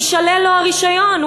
יישלל לו הרישיון.